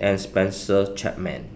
and Spencer Chapman